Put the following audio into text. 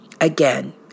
Again